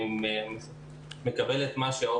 אני מקבל את מה שאורנה